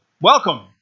welcome